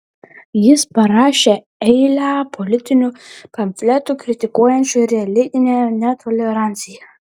jis parašė eilę politinių pamfletų kritikuojančių religinę netoleranciją